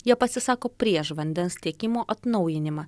jie pasisako prieš vandens tiekimo atnaujinimą